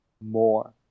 more